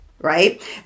right